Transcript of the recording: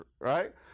right